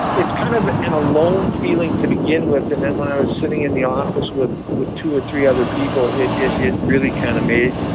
it's kind of an alone feeling to begin with. and then when i was sitting in the office with with two or three other people, it it really kind of made